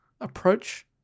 Approach